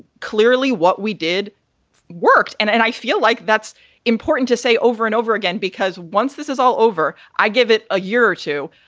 clearly, what we did worked. and and i feel like that's important to say over and over again, because once this is all over, i give it a year or two.